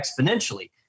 exponentially